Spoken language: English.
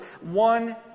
One